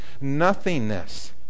nothingness